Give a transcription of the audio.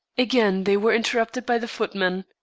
again they were interrupted by the footman,